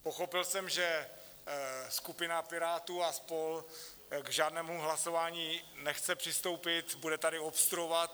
Pochopil jsem, že skupina Pirátů a spol. k žádnému hlasování nechce přistoupit, bude tady obstruovat.